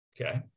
Okay